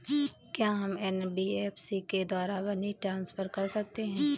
क्या हम एन.बी.एफ.सी के द्वारा मनी ट्रांसफर कर सकते हैं?